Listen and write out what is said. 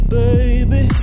baby